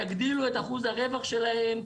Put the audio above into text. יגדילו את אחוז הרווח שלהם,